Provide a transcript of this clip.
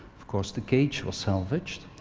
of course, the cage was salvaged.